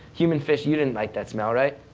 human fish, you didn't like that smell, right?